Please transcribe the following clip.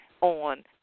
on